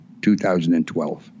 2012